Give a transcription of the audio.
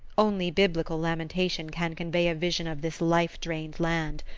only biblical lamentation can convey a vision of this life-drained land.